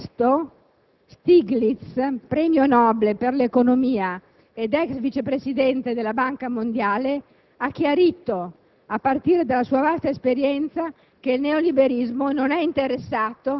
insomma, di dequalificazione della scuola pubblica. Joseph Stiglitz, premio Nobel per l'economia ed ex vice presidente della Banca Mondiale, ha chiarito,